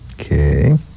Okay